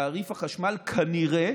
תעריף החשמל כנראה